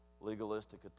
legalistic